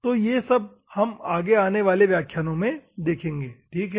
तो ये सब हम आगे आने वाले व्याख्यानो में देखेंगे ठीक है